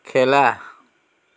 খেলা